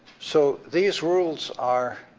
so, these rules are.